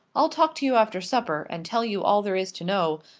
i'll talk to you after supper and tell you all there is to know.